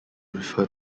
refer